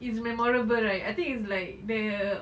is memorable right I think it's like the